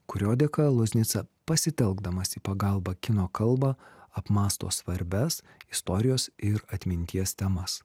kurio dėka loznica pasitelkdamas į pagalbą kino kalbą apmąsto svarbias istorijos ir atminties temas